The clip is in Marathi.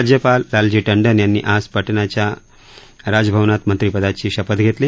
राज्यपाल लालजी टंडन यांनी आज पटनाच्या राजभवनात मंत्रिपदाची शपथ घेतली